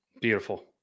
Beautiful